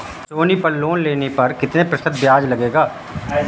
सोनी पल लोन लेने पर कितने प्रतिशत ब्याज लगेगा?